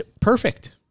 perfect